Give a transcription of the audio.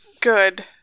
Good